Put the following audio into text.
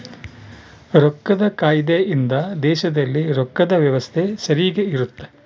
ರೊಕ್ಕದ್ ಕಾಯ್ದೆ ಇಂದ ದೇಶದಲ್ಲಿ ರೊಕ್ಕದ್ ವ್ಯವಸ್ತೆ ಸರಿಗ ಇರುತ್ತ